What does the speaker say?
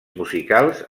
musicals